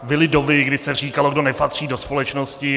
Byly doby, kdy se říkalo, kdo nepatří do společnosti.